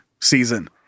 season